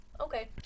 okay